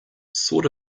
sort